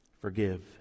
forgive